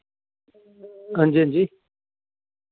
हांजी हांजी